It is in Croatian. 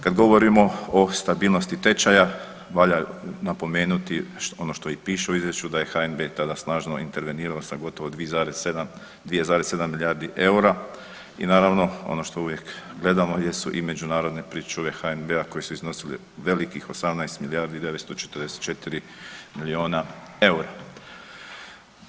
Kad govorimo o stabilnosti tečaja valja napomenuti ono što i piše u izvješću da je HNB tada snažno intervenirao sa gotovo 2,7 milijarde EUR-a i naravno ono što uvijek gledamo jesu i međunarodne pričuve HNB-a koje su iznosile velikih 18 milijardi 944 milijuna EUR-a.